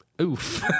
Oof